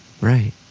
Right